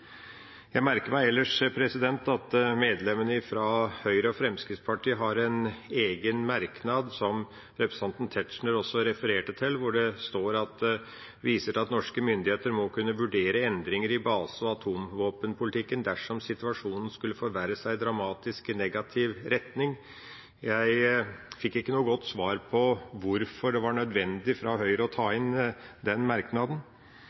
Jeg merker meg ellers at medlemmene fra Høyre og Fremskrittspartiet har en egen merknad – som representanten Tetzschner også refererte til – hvor de «viser til at norske myndigheter må kunne vurdere endringer i base- og atomvåpenpolitikken dersom situasjonen skulle forverre seg dramatisk i negativ retning». Jeg fikk ikke noe godt svar på hvorfor det var nødvendig for Høyre å ta inn den merknaden.